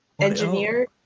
engineer